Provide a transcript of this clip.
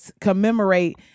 commemorate